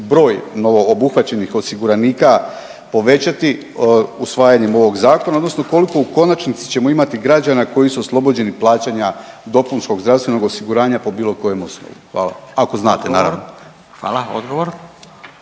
broj novoobuhvaćenih osiguranika povećati usvajanjem ovog Zakona odnosno koliko u konačnici ćemo imati građana koji su oslobođeni plaćanja dopunskog zdravstvenog osiguranja po bilo kojem osnovi. Hvala. Ako znate, naravno. **Radin,